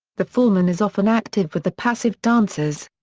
the foreman is often active with the passive dancers.